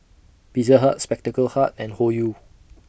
Pizza Hut Spectacle Hut and Hoyu